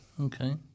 Okay